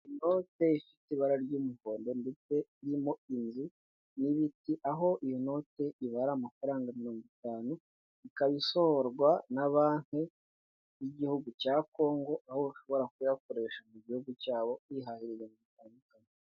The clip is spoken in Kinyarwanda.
Inote ifite ibara ry'umuhondo ndetse irimo inzu n'ibiti, aho iyo noti ibara amafaranga mirongo itanu, ikaba isohorwa na banki y'igihugu cya Congo, aho bashobora kuyakoresha mu gihugu cyabo bihahira ibintu bitandukanye.